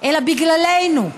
אלא בגללנו,